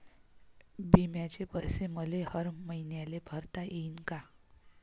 बिम्याचे पैसे मले हर मईन्याले भरता येईन का?